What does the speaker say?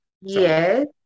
Yes